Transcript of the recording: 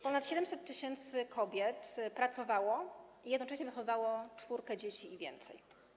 Ponad 700 tys. kobiet pracowało i jednocześnie wychowywało czwórkę dzieci i więcej.